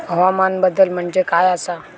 हवामान बदल म्हणजे काय आसा?